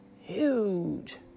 huge